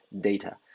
data